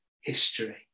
history